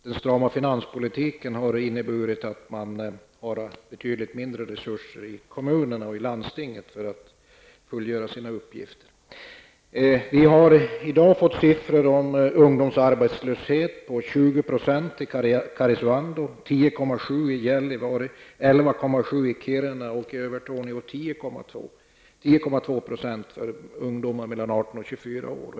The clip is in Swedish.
Den strama finanspolitiken har inneburit att man har betydligt mindre resurser i kommunerna och i landstinget för att fullgöra sina uppgifter. Vi har i dag fått siffror om ungdomsarbetslöshet på Kiruna och 10,2 % i Övertorneå för ungdomar mellan 18 och 24 år.